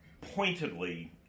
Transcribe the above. pointedly